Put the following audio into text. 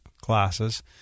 classes